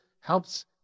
helps